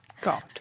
God